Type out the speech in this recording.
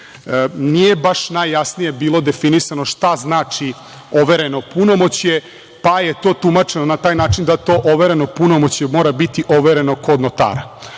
nije baš najjasnije bilo definisano šta znači overeno punomoćje, pa je to tumačeno na taj način da to overeno punomoćje mora biti overeno kod notara. Na